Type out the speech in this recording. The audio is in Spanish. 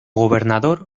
gobernador